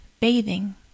bathing